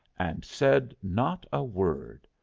and said not a word.